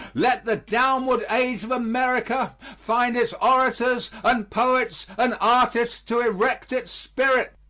let the downward age of america find its orators and poets and artists to erect its spirit,